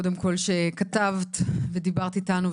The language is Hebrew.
קודם כל שכתבת ודיברת איתנו,